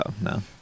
no